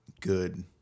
good